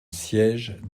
sièges